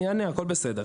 אני אענה, הכל בסדר.